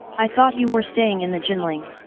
i thought you were staying in the jinling!